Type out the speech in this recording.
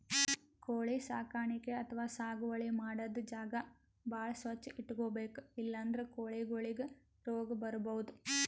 ಕೋಳಿ ಸಾಕಾಣಿಕೆ ಅಥವಾ ಸಾಗುವಳಿ ಮಾಡದ್ದ್ ಜಾಗ ಭಾಳ್ ಸ್ವಚ್ಚ್ ಇಟ್ಕೊಬೇಕ್ ಇಲ್ಲಂದ್ರ ಕೋಳಿಗೊಳಿಗ್ ರೋಗ್ ಬರ್ಬಹುದ್